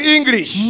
English